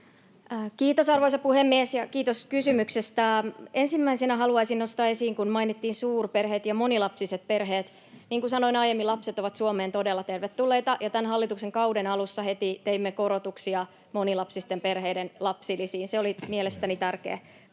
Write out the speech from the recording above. Kiitos, arvoisa puhemies! Kiitos kysymyksestä. — Ensimmäisenä haluaisin nostaa esiin, kun mainittiin suurperheet ja monilapsiset perheet, että niin kuin sanoin aiemmin, lapset ovat Suomeen todella tervetulleita ja tämän hallituksen kauden alussa heti teimme korotuksia monilapsisten perheiden lapsilisiin. Se oli mielestäni tärkeä